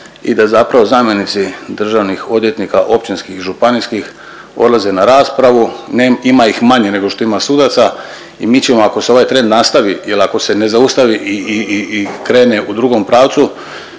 i da zapravo zamjenici državnih odvjetnika općinskih, županijskih odlaze na raspravu, ima ih manje nego što ima sudaca i mi ćemo ako se ovaj trend nastavi ili ali ako se ne zaustavi i krene u drugom pravcu